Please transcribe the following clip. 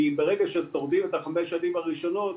כי ברגע ששורדים את החמש שנים הראשונות,